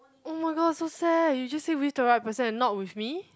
oh my god so sad you just said with the right person and not with me